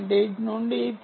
8 నుండి 3